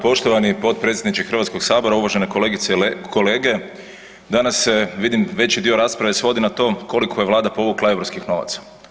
Poštovani potpredsjedniče Hrvatskog sabora, uvažene kolegice i kolege, danas se vidim veći dio rasprave svodi na to koliko je Vlada povukla europskih novaca.